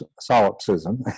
solipsism